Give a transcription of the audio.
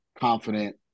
confident